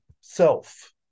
self